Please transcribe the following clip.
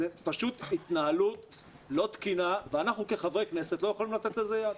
זאת פשוט התנהלות לא תקינה ואנחנו כחברי כנסת לא יכולים לתת לזה יד.